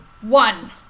one